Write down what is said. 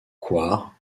coire